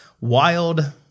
Wild